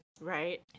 Right